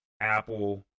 Apple